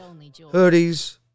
hoodies